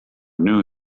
knew